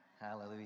Hallelujah